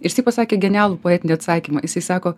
jisai pasakė genialų poetinį atsakymą jisai sako